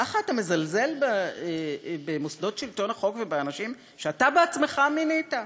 ככה אתה מזלזל במוסדות שלטון החוק ובאנשים שאתה בעצמך מינית?